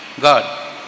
God